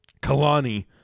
Kalani